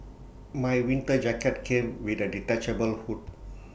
my winter jacket came with A detachable hood